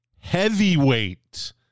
heavyweight